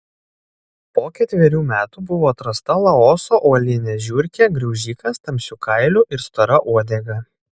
po ketverių metų buvo atrasta laoso uolinė žiurkė graužikas tamsiu kailiu ir stora uodega